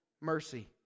mercy